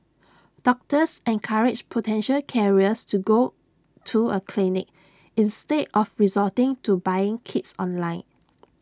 doctors encouraged potential carriers to go to A clinic instead of resorting to buying kits online